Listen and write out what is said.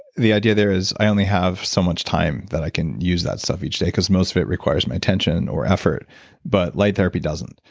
the idea there is, i only have so much time that i can use that stuff each day cause most of it requires my attention or afford but light therapy doesn't.